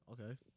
Okay